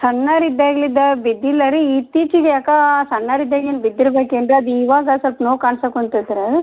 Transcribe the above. ಸಣ್ಣವ್ರು ಇದ್ದಾಗ್ಲಿದ್ದ ಬಿದ್ದಿಲ್ಲ ರೀ ಇತ್ತೀಚಿಗೆ ಯಾಕಾ ಸಣ್ಣವ್ರಿದ್ದಾಗಿಂದ ಬಿದ್ದಿರೆ ಬೇಕೇನು ರೀ ಅದು ಇವಾಗ ಸ್ವಲ್ಪ ನೋವು ಕಾಣ್ಸೋಕೆ ಕುಂತಿತ್ರೆ